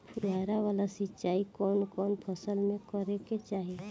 फुहारा वाला सिंचाई कवन कवन फसल में करके चाही?